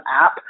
app